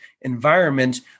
environment